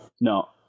No